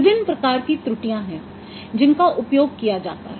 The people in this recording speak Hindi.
विभिन्न प्रकार की त्रुटियां हैं जिनका उपयोग किया जाता है